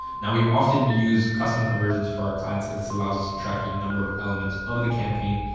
now we often use custom conversions for our clients as this allows us to tracking number of elements of the campaign.